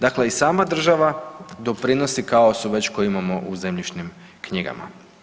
Dakle, i sama država doprinosi kaosu već koji imamo u zemljišnim knjigama.